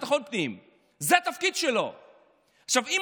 לשר לביטחון פנים שלך ולהגיד: אדוני,